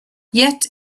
yet